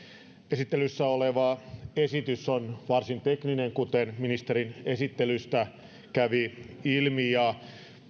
esittelyssä oleva esitys on varsin tekninen kuten ministerin esittelystä kävi ilmi ja